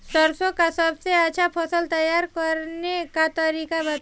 सरसों का सबसे अच्छा फसल तैयार करने का तरीका बताई